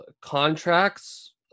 contracts